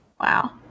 Wow